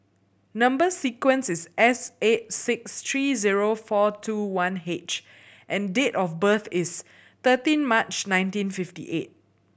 number sequence is S eight six three zero four two one H and date of birth is thirteen March nineteen fifty eight